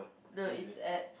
no it's at